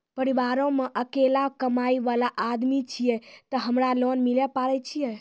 परिवारों मे अकेलो कमाई वाला आदमी छियै ते हमरा लोन मिले पारे छियै?